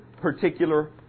particular